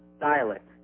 dialect